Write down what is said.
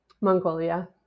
mongolia